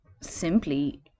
simply